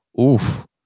Oof